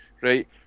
right